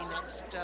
next